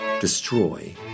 destroy